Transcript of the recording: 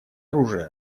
оружие